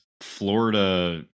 Florida